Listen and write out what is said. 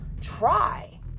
try